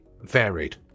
varied